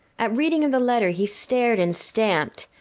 at reading of the letter, he stared and stamped,